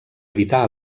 evitar